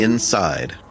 Inside